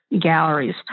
galleries